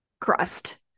crust